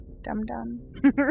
dum-dum